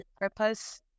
purpose